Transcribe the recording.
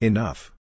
Enough